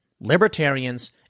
libertarians